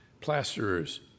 plasterers